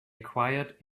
acquired